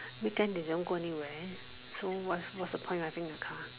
weekend they don't go anywhere so what what's the point of I think this car